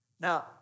Now